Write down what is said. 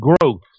growth